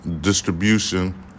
distribution